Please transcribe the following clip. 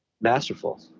masterful